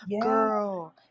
girl